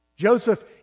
Joseph